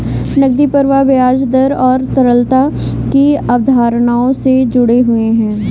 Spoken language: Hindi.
नकदी प्रवाह ब्याज दर और तरलता की अवधारणाओं से जुड़े हुए हैं